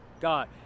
God